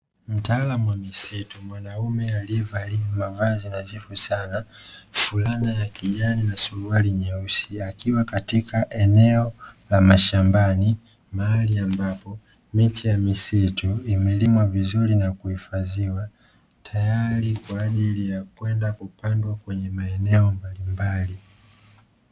Mtaalam wa misitu, mwanaume aliye valia mavazi nadhifu sana fulana ya kijani na suruali nyeusi akiwa katika eneo la mashambani mahali ambapo miche ya misitu imelimwa vizuri na kuifadhiwa, tayari kwa ajili ya kwenda kupandwa kwenye maeneo mbalimbali.